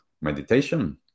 meditation